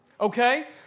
Okay